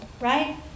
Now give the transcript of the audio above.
right